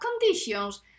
conditions